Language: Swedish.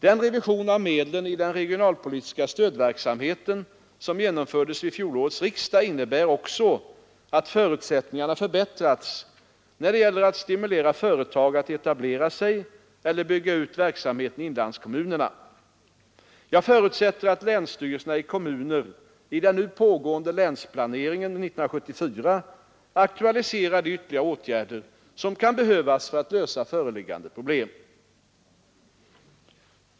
Den revision av medlen i den regionalpolitiska stödverksamheten som genomfördes vid fjolårets riksdag innebär också att förutsättningarna förbättrats när det gäller att stimulera företag att etablera sig eller bygga ut verksamheten i inlandskommunerna. Jag förutsätter att länsstyrelser och kommuner i den nu pågående länsplanering 1974 aktualiserar de ytterligare åtgärder som kan behövas för att lösa föreliggande problem.